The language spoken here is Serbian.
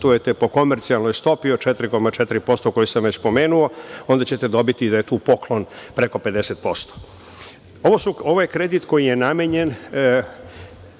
po komercijalnoj stopi od 4,4%, koji sam već pomenuo onda ćete dobiti da je tu poklon preko 50%.Ovo je kredit koji je namenjen